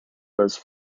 those